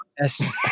Yes